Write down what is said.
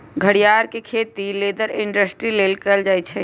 घरियार के खेती लेदर इंडस्ट्री लेल कएल जाइ छइ